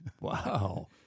Wow